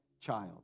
child